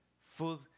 food